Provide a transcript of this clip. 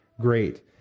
great